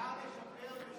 אפשר לשפר בשנייה ושלישית.